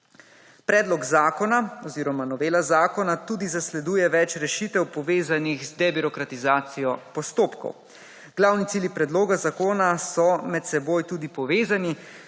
Predlog zakona oziroma novela zakona tudi zasleduje več rešitev, povezanih z debirokratizacijo postopkov. Glavni cilji predloga zakona so med seboj tudi povezani,